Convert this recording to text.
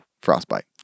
frostbite